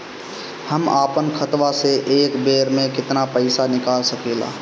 हम आपन खतवा से एक बेर मे केतना पईसा निकाल सकिला?